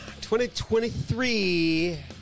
2023